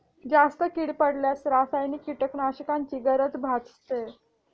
जास्त कीड पडल्यास रासायनिक कीटकनाशकांची गरज भासते